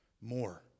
more